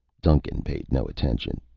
duncan paid no attention.